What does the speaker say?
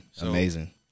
Amazing